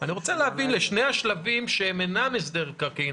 אני רוצה להבין לשני השלבים שהם אינם הסדר מקרקעין,